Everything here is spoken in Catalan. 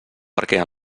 perquè